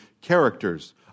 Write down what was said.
characters